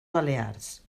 balears